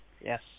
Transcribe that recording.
Yes